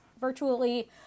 virtually